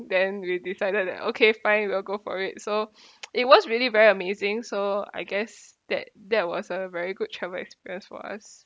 then we decided that okay fine we will go for it so it was really very amazing so I guess that that was a very good travel experience for us